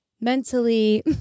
mentally